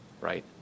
Right